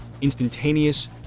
instantaneous